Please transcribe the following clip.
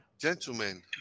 gentlemen